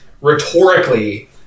rhetorically